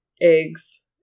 eggs